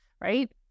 right